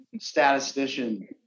statistician